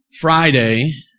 Friday